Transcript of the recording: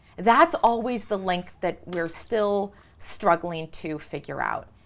that's always the link that we're still struggling to figure out.